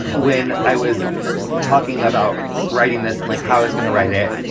when i was talking about writing this and, like, how i was going to write it,